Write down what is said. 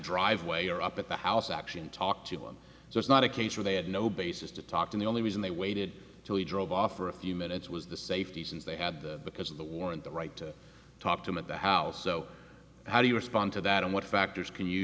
driveway or up at the house actually and talked to them so it's not a case where they had no basis to talk to the only reason they waited until he drove off for a few minutes was the safety reasons they had because of the warrant the right to talk to him at the house so how do you respond to that and what factors can you